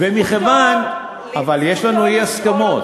ומכיוון, זכותו, אבל יש לנו אי-הסכמות.